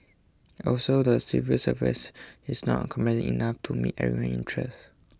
also the civil service is not enough to meet everyone's interest